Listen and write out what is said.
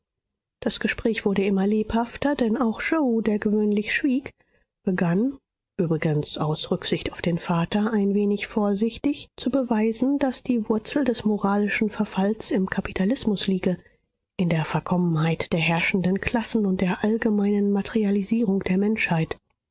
das gespräch wurde immer lebhafter denn auch yoe der gewöhnlich schwieg begann übrigens aus rücksicht auf den vater ein wenig vorsichtig zu beweisen daß die wurzel des moralischen verfalles im kapitalismus liege in der verkommenheit der herrschenden klassen und der allgemeinen materialisierung der menschheit